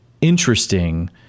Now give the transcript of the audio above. interesting